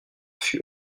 fut